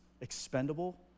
expendable